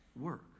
work